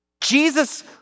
Jesus